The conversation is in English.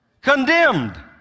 Condemned